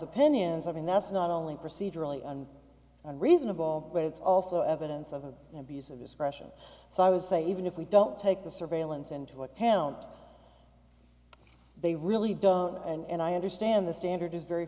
opinions i mean that's not only procedurally and and reasonable but it's also evidence of an abuse of discretion so i would say even if we don't take the surveillance into account they really don't know and i understand the standard is very